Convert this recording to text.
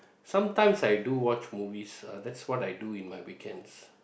sometimes I do watch movies that's what I do in my weekends